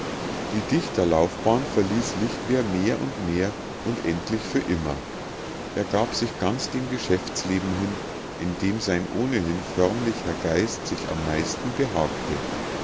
die dichterlaufbahn verließ lichtwer mehr und mehr und endlich für immer er gab sich ganz dem geschäftsleben hin in dem sein ohnehin förmlicher geist sich am meisten behagte